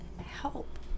help